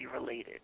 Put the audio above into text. related